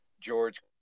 George